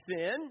sin